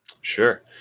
Sure